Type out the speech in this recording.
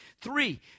Three